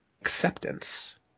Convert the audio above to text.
acceptance